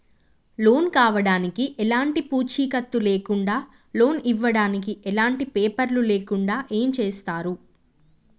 Loan కావడానికి ఎలాంటి పూచీకత్తు లేకుండా లోన్ ఇవ్వడానికి ఎలాంటి పేపర్లు లేకుండా ఏం చేస్తారు?